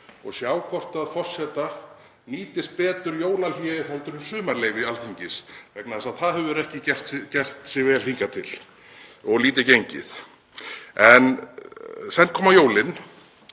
og sjá hvort forseta nýtist betur jólahlé heldur en sumarleyfi Alþingis vegna þess að það hefur ekki gert sig vel hingað til og lítið gengið. Senn koma jólin